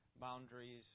boundaries